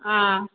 ஆ